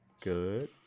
Good